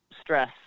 stress